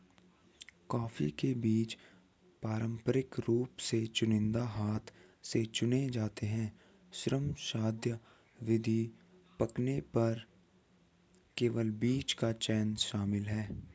coffee के बीज पारंपरिक रूप से चुनिंदा हाथ से चुने जाते हैं, श्रमसाध्य विधि, पकने पर केवल बीज का चयन शामिल है